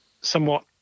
somewhat